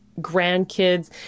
grandkids